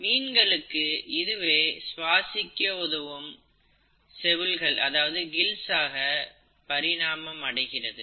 மீன்களுக்கு இதுவே சுவாசிக்க உதவும் செவுள் ஆக பரிணாமம் அடைகிறது